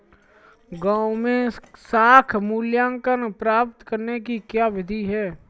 गाँवों में साख मूल्यांकन प्राप्त करने की क्या विधि है?